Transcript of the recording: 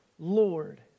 Lord